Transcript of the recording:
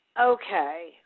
Okay